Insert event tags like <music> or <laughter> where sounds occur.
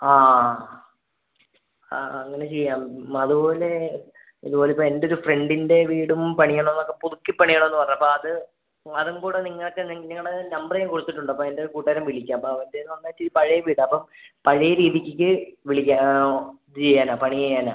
ആ ആ ആ അങ്ങനെ ചെയ്യാം അതുപോലെ ഇതുപോലെയിപ്പോള് എൻ്റൊരു ഫ്രണ്ടിൻ്റെ വീടും പണിയണമെന്നൊക്ക പുതുക്കി പണിയണമെന്നു പറഞ്ഞപ്പോഴത് അതും കൂടെ നിങ്ങള്ക്ക് നിങ്ങളുടെ നമ്പര് ഞാന് കൊടുത്തിണ്ടപ്പോള് എൻ്റെ കൂട്ടുകാരന് വിളിക്കുമപ്പോള് അവൻറ്റേന്ന് <unintelligible> പഴയ വീടാണപ്പോള് പഴയ രീതിക്ക് വിളിക്കുക ഇതു ചെയ്യാനാണ് പണി ചെയ്യാനാണ്